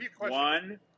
one